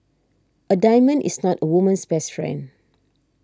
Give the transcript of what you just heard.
a diamond is not a woman's best friend